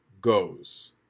goes